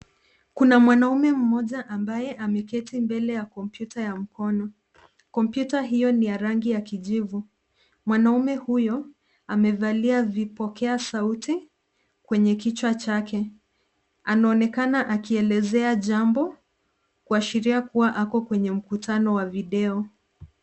Kuna mwanaume mmoja ambaye ameketi mbele ya kompyuta ya mkono. Kompyuta hiyo ni ya rangi ya kijivu. MWanaume huyo amevalia vipokea sauti kwenye kichwa chake. Anaonekana akielezea jambo kuashiria kuwa ako kwenye mkutano wa video.